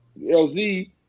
LZ